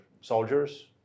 soldiers